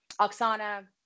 Oksana